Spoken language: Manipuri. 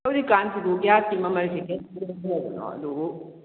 ꯍꯧꯖꯤꯛꯀꯥꯟꯁꯤꯕꯨ ꯒꯦꯁꯀꯤ ꯃꯃꯜꯁꯦ ꯀꯌꯥ ꯀꯌꯥ ꯄꯤꯔꯤꯅꯣ ꯑꯗꯨꯕꯨ